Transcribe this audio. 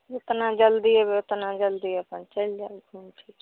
जतना जल्दी अएबै ओतना जल्दी अपन चलि जाएब घुमिफिरिके